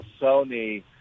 Sony